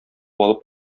алып